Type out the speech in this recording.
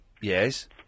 Yes